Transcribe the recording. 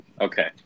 Okay